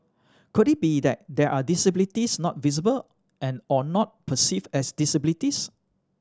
could it be that there are disabilities not visible or not perceive as disabilities